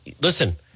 listen